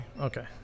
Okay